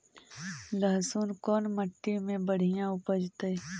लहसुन कोन मट्टी मे बढ़िया उपजतै?